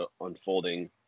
unfolding